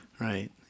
right